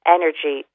energy